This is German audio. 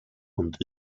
und